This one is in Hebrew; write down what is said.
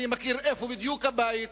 אני יודע בדיוק איפה הבית,